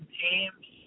teams